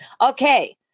Okay